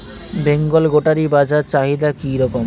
বেঙ্গল গোটারি বাজার চাহিদা কি রকম?